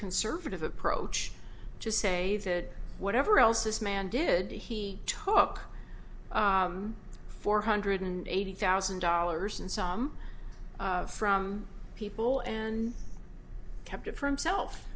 conservative approach to say that whatever else this man did he talk four hundred and eighty thousand dollars and some from people and kept it for him self